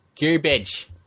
garbage